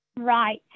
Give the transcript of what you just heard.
Right